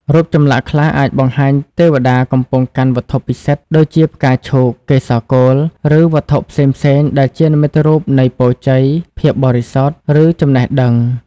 រូបចម្លាក់ខ្លះអាចបង្ហាញទេវតាកំពុងកាន់វត្ថុពិសិដ្ឋ ដូចជាផ្កាឈូក កេសរកូល ឬវត្ថុផ្សេងៗដែលជានិមិត្តរូបនៃពរជ័យ ភាពបរិសុទ្ធ ឬចំណេះដឹង។